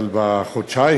אבל בחודשיים,